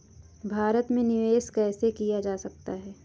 भारत में निवेश कैसे किया जा सकता है?